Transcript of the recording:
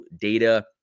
data